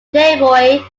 playboy